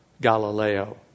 Galileo